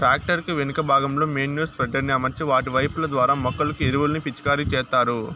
tractor కు వెనుక భాగంలో మేన్యుర్ స్ప్రెడర్ ని అమర్చి వాటి పైపు ల ద్వారా మొక్కలకు ఎరువులను పిచికారి చేత్తారు